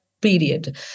period